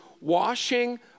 washing